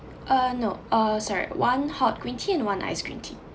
uh no uh sorry one hot green tea and one iced green tea